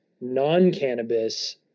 non-cannabis